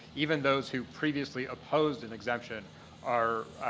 even those who previously opposed an exemption are